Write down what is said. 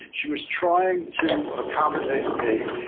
she was trying to accommodate me,